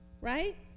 right